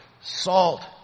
salt